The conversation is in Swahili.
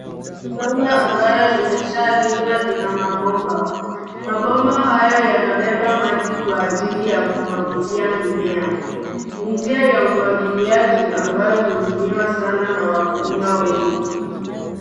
Shamba ambayo limeshalimwa lina mabomba .Mabomba hayo yanabeba maji kwa ajili ya kumwagilia mimea. Ni njia ya umwagiliaji ambayo hutumiwa sana na wakulima wengi.